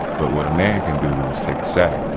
but what a man can do is take a sack,